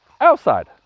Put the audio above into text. outside